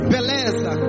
Beleza